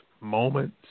moments